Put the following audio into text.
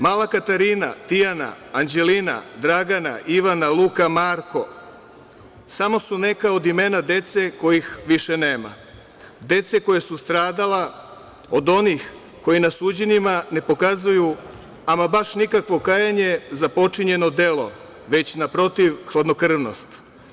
Mala Katarina, Tijana, Anđelina, Dragana, Ivana, Luka, Marko samo su neka od imena dece kojih više nema, dece koja su stradala od onih koji na suđenjima ne pokazuju baš nikakvo kajanje za počinjeno delo, već, naprotiv, hladnokrvnost.